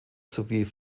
sowie